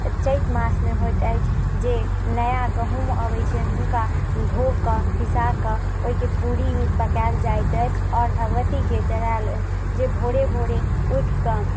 चैत मासमे होइत अछि जे नया गहुम अबै छै हुनका धोकऽ पीसाकऽ ओइके पूरी भी पकायल जाइत अछि आओर भगवतीके चढ़ायल जे भोरे भोरे उठिके